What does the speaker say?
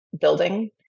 building